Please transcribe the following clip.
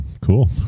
Cool